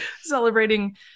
celebrating